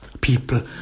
people